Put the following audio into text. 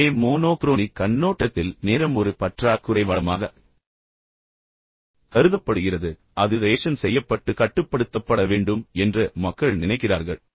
இப்போது ஒரே மோனோக்ரோனிக் கண்ணோட்டத்தில் நேரம் ஒரு பற்றாக்குறை வளமாகக் கருதப்படுகிறது மேலும் அது ரேஷன் செய்யப்பட்டு கட்டுப்படுத்தப்பட வேண்டும் என்று மக்கள் நினைக்கிறார்கள்